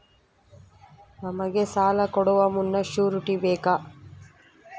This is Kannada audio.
ನಮಗೆ ಸಾಲ ಕೊಡುವ ಮುನ್ನ ಶ್ಯೂರುಟಿ ಬೇಕಾ?